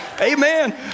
Amen